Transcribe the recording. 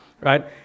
Right